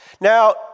Now